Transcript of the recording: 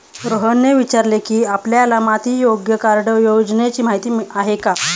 रोहनने विचारले की, आपल्याला माती आरोग्य कार्ड योजनेची माहिती आहे का?